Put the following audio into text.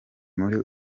muri